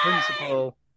principle